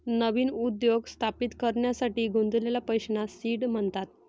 नवीन उद्योग स्थापित करण्यासाठी गुंतवलेल्या पैशांना सीड म्हणतात